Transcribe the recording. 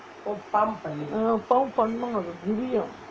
ah pump பண்ணா அது விரியும்:panna athu viriyum